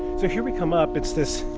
so here we come up, it's this